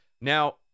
Now